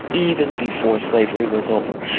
even before slavery was over.